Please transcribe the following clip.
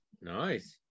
Nice